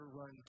run